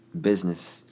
Business